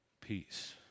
peace